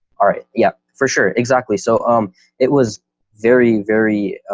alright. yeah, for sure. exactly. so um it was very, very,